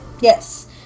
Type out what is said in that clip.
Yes